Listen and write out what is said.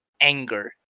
anger